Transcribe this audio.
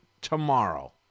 tomorrow